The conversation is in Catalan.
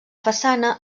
façana